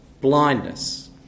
blindness